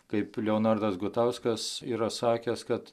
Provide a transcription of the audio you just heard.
kaip leonardas gutauskas yra sakęs kad